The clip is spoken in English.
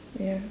ya